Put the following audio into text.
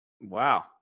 Wow